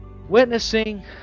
Witnessing